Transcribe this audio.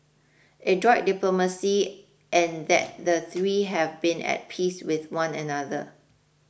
adroit diplomacy and that the three have been at peace with one another